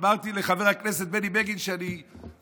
אמרתי לחבר הכנסת בני בגין שתנחומיי,